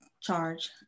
charge